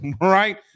Right